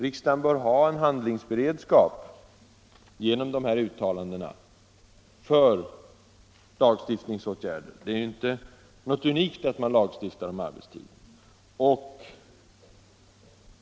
Riksdagen bör genom de här uttalandena ha en handlingsberedskap för lagstiftningsåtgärder. Det är inte något unikt att man lagstiftar om arbetstid.